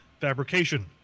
fabrication